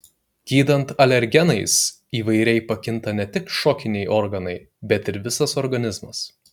gydant alergenais įvairiai pakinta ne tik šokiniai organai bet ir visas organizmas